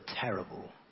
terrible